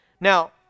Now